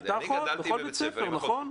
הייתה אחות בכל בית ספר, נכון.